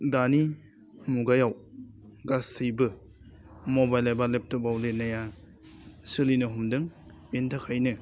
दानि मुगायाव गासैबो मबाइल एबा लेपटबाव लिरनाया सोलिनो हमदों बिनि थाखायनो